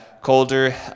colder